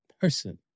person